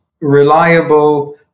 reliable